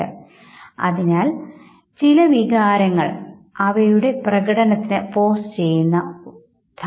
പക്ഷേ നമുക്ക് ചുറ്റും അത്തരത്തിലുള്ള മറുപടികൾ നാം പൊതുവേ കാണാറില്ല